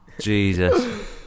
Jesus